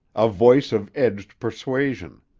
a voice of edged persuasion.